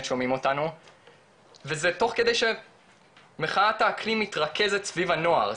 שומעים אותנו וזה תוך כדי שמחאת האקלים מתרכזת סביב הנוער,